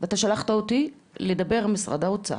ואתה שלחת אותי לדבר עם משרד האוצר,